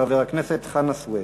חבר הכנסת חנא סוייד.